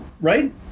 Right